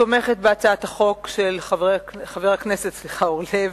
תומכת בהצעת החוק של חבר הכנסת אורלב,